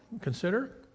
consider